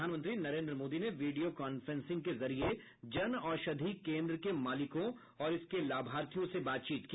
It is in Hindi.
प्रधानमंत्री नरेन्द्र मोदी ने वीडियो कांफ्रेंसिंग के जरिए जनऔषधि केन्द्र के मालिकों और इसके लाभार्थियों से बातचीत की